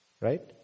right